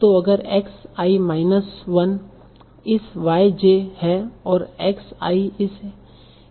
तो अगर x i minus 1Xi 1 इस y j yj है और x i इस equal to y j minus 1